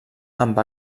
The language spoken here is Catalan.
amb